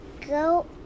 Go